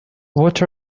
what